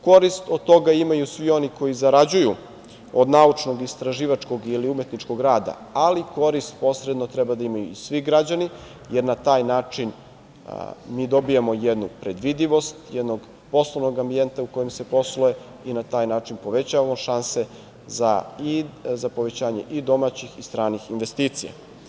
Korist od toga imaju svi oni koji zarađuju od naučnog istraživačkog ili umetničkog rada, ali korist posredno treba da imaju svi građani, jer na taj način mi dobijemo jednu predvidljivost jednog poslovnog ambijenta u kojem se posluje i na taj način povećavamo šanse za povećanje i domaćih i stranih investicija.